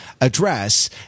address